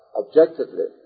objectively